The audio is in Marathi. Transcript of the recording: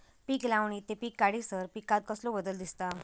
पीक लावणी ते पीक काढीसर पिकांत कसलो बदल दिसता?